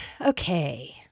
Okay